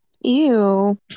Ew